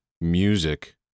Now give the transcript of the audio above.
music